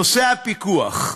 נושא הפיקוח,